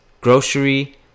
grocery